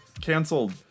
canceled